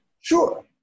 Sure